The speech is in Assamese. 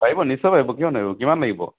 পাৰিব নিশ্চয় পাৰিব কিয় নোৱাৰিব কিমান লাগিব